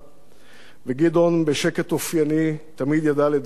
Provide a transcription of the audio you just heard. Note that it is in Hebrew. וגדעון, בשקט אופייני, תמיד ידע לדבר, לשתף,